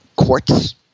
Courts